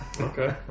Okay